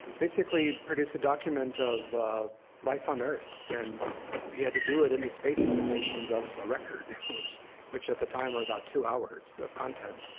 basically produce a document ah of of life on earth. and he had to do it in the space limitations of a record, which which at the time were about two hours of content.